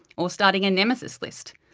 or starting a nemesis list,